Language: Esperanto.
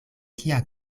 kia